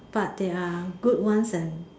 but there are good ones and